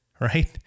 right